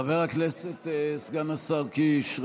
חבר הכנסת סגן השר קיש,